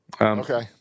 Okay